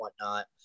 whatnot